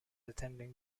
attending